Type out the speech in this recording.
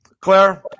Claire